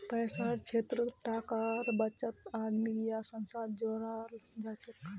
पैसार क्षेत्रत टाकार बचतक आदमी या संस्था स जोड़ाल जाछेक